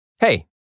Hey